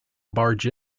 barge